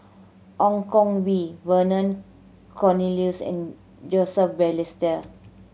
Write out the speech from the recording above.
Ong Koh Bee Vernon Cornelius and Joseph Balestier